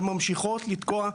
וממשיכות לתקוע.